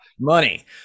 Money